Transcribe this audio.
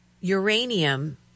Uranium